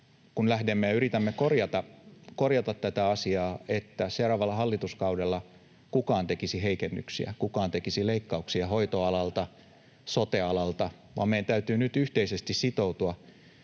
kun yritämme korjata tätä asiaa — seuraavalla hallituskaudella kukaan tekisi heikennyksiä, kukaan tekisi leikkauksia hoitoalalta, sote-alalta, vaan meidän täytyy nyt yhteisesti sitoutua.